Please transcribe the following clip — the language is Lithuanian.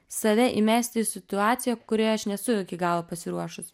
save įmesti į situaciją kurioje aš nesu iki galo pasiruošus